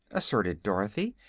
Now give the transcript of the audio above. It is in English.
asserted dorothy,